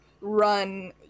run